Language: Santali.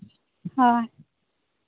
ᱦᱮᱸ